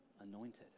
anointed